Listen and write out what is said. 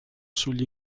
sugli